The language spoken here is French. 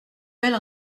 belle